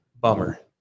bummer